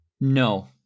No